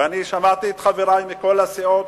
ואני שמעתי את חברי מכל הסיעות,